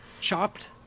Chopped